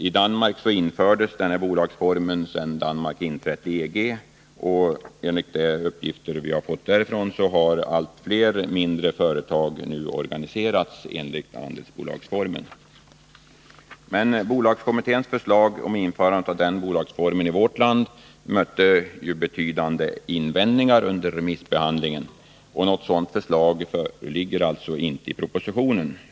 I Danmark infördes denna bolagsform sedan Danmark inträtt i EG. Enligt de uppgifter vi har fått därifrån har allt fler mindre företag nu organiserats enligt andelsbolagsformen. Men bolagskommitténs förslag om införande av denna bolagsform i vårt land mötte betydande invändningar under remissbehandlingen. Något sådant förslag föreligger därför inte i propositionen.